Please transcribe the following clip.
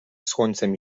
słońcem